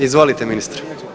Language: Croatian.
Izvolite ministre.